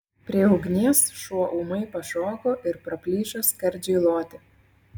prie ugnies šuo ūmai pašoko ir praplyšo skardžiai loti